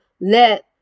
let